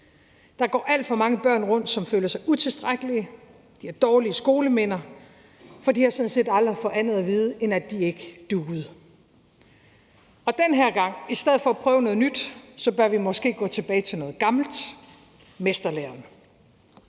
Der går alt for mange børn rundt, som føler sig utilstrækkelige, har dårlige skoleminder, for de har sådan set aldrig fået andet at vide, end at de ikke duede. Den her gang bør vi i stedet for at prøve noget nyt måske gå tilbage til noget gammelt, nemlig mesterlæren: